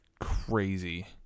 crazy